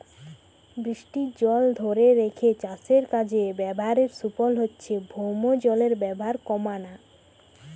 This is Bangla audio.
বৃষ্টির জল ধোরে রেখে চাষের কাজে ব্যাভারের সুফল হচ্ছে ভৌমজলের ব্যাভার কোমানা